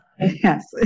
Yes